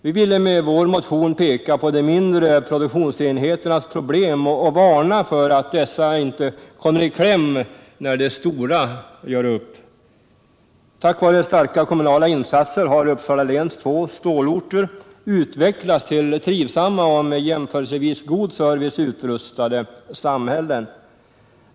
Vi ville med vår motion peka på de mindre produktionsenheternas problem och varna för att de kan komma i kläm när de stora gör upp. Tack vare starka kommunala insatser har Uppsala läns två stålorter utvecklats till trivsamma och med jämförelsevis god service utrustade samhällen.